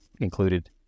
included